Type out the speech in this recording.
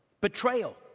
Betrayal